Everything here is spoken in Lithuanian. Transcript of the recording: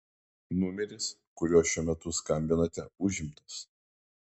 numeris kuriuo šiuo metu skambinate užimtas